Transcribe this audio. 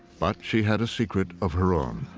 but she had a secret of her own.